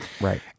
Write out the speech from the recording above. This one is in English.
right